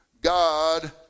God